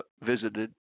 visited